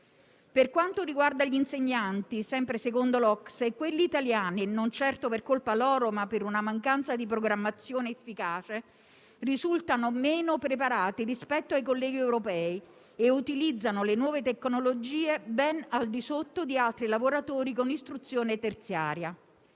per quanto riguarda gli insegnanti, quelli italiani - non certo per colpa loro, ma per una mancanza di programmazione efficace - risultano meno preparati rispetto ai colleghi europei e utilizzano le nuove tecnologie molto meno di altri lavoratori con istruzione terziaria.